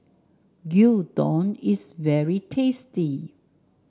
gyudon is very tasty